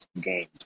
gained